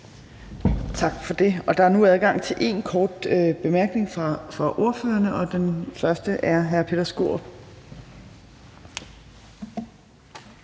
Tak for det. Der er nu adgang til én kort bemærkning fra ordførerne, og den første er hr. Peter Skaarup.